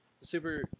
Super